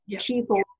people